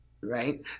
right